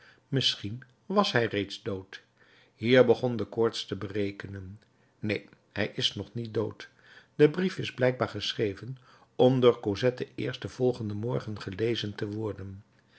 misschien was hij reeds dood hier begon de koorts te berekenen neen hij is nog niet dood de brief is blijkbaar geschreven om door cosette eerst den volgenden morgen gelezen te worden